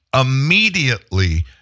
immediately